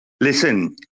listen